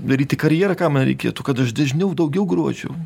daryti karjerą ką man reikėtų kad aš dažniau daugiau gročiau